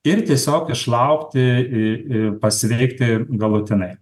ir tiesiog išlaukti ir pasilikti ir galutinai